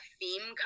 theme